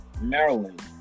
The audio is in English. Maryland